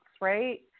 right